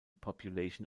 population